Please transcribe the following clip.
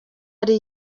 ari